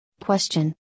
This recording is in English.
question